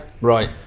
right